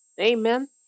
Amen